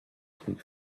speak